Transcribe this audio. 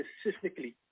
specifically